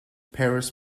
paris